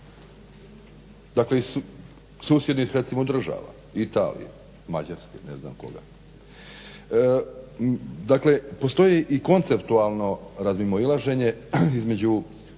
Dakle, iz susjednih, recimo država, Italije, Mađarske ne znam koga. Dakle, postoji i konceptualno razmimoilaženje između